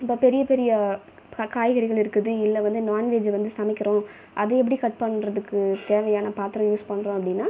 இந்தப் பெரிய பெரிய காய்கறிகள் இருக்குது இல்லை வந்து நான்வெஜ் வந்து சமைக்கிறோம் அதை எப்படி கட் பண்ணுறதுக்குத் தேவையான பாத்திரம் யூஸ் பண்ணுறோம் அப்படின்னால்